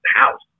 house